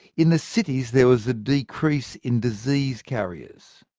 in the cities there was a decrease in disease carriers,